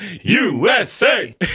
USA